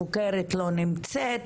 החוקרת לא נמצאת,